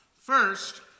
First